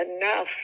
enough